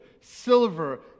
silver